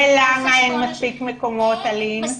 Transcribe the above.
ולמה אין מספיק מקומות, אלין?